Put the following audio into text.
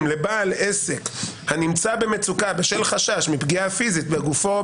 לבעל עסק הנמצא במצוקה בשל חשש מפגיעה פיזית בגופו או